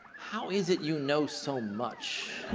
how is it you know so much